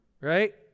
right